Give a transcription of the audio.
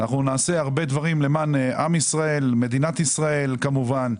אנחנו נעשה הרבה דברים למען עם ישראל ומדינת ישראל כמובן.